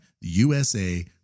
USA